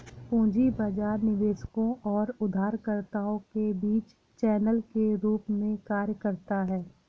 पूंजी बाजार निवेशकों और उधारकर्ताओं के बीच चैनल के रूप में कार्य करता है